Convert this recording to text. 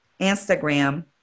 instagram